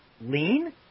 lean